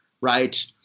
right